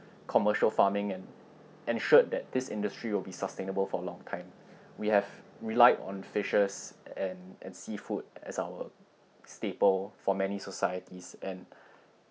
commercial farming and ensured that this industry will be sustainable for a long time we have relied on fishes and and seafood as our staple for many societies and